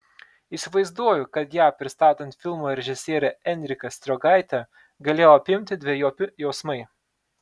įsivaizduoju kad ją pristatant filmo režisierę enriką striogaitę galėjo apimti dvejopi jausmai